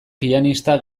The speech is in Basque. pianista